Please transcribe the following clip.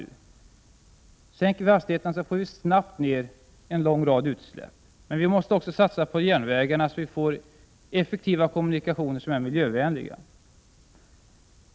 Om vi sänker hastigheterna minskar vi snabbt en lång rad utsläpp. Vi måste också satsa på järnvägarna, så att vi får effektiva kommunikationer som är miljövänliga.